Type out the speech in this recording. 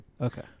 Okay